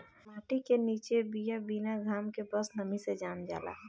माटी के निचे बिया बिना घाम के बस नमी से जाम जाला